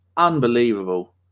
Unbelievable